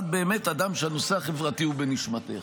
את באמת אדם שהנושא החברתי הוא בנשמתך,